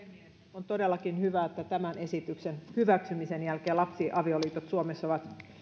on todellakin hyvä että tämän esityksen hyväksymisen jälkeen lapsiavioliitot suomessa ovat